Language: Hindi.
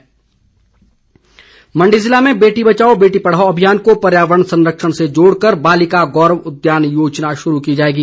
उद्यान योजना मंडी ज़िला में बेटी बचाओ बेटी पढ़ाओ अभियान को पर्यावरण संरक्षण से जोड़कर बालिका गौरव उद्यान योजना शुरू की जाएगी